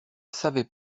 savait